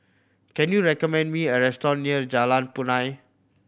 can you recommend me a restaurant near Jalan Punai